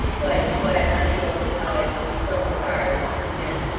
lights flashed before his eyes, and he struggled hard with two men.